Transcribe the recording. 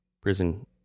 prison